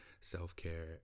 self-care